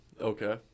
Okay